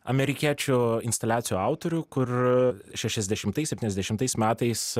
amerikiečių instaliacijų autoriu kur šešiasdešimtais septyniasdešimtais metais